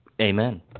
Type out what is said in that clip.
Amen